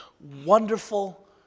Wonderful